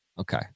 okay